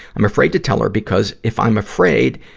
i'm afraid to tell her because if i'm afraid,